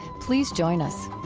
please join us